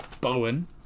Bowen